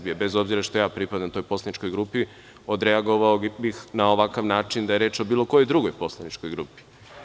Bez obzira što ja pripadam toj poslaničkoj grupi, odreagovao bih na ovakav način da je reč o bilo kojoj drugoj poslaničkoj grupi.